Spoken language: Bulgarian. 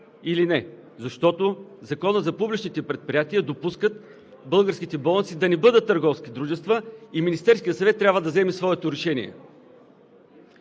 или не? Защото Законът за публичните предприятия допуска българските болници да не бъдат търговски дружества и Министерският съвет трябва да вземе своето решение.